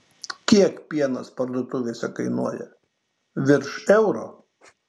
kiek pienas parduotuvėse kainuoja virš euro